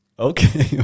Okay